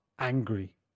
angry